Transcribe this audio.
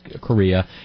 Korea